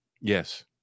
yes